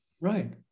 Right